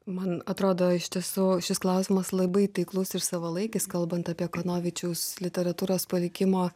man atrodo iš tiesų šis klausimas labai taiklus ir savalaikis kalbant apie kanovičiaus literatūros palikimo